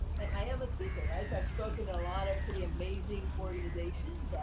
and i am a speaker, right? so i've spoken ah lot of pretty amazing organizations,